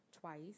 twice